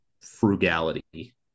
frugality